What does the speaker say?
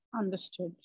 understood